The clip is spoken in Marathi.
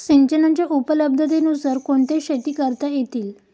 सिंचनाच्या उपलब्धतेनुसार कोणत्या शेती करता येतील?